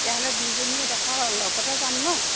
তেতিয়াহ'লে দুইজনীয়ে এইডোখৰ লগতে যাম নহ্